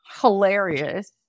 hilarious